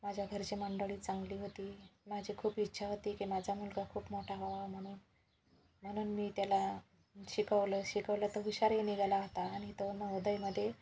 माझ्या घरची मंडळी चांगली होती माझी खूप इच्छा होती की माझा मुलगा खूप मोठा व्हावा म्हणून म्हणून मी त्याला शिकवलं शिकवलं तो हुशारही निघाला होता आणि तो नवोदयमध्ये